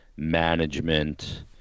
management